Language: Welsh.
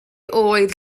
oedd